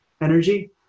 energy